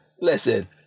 Listen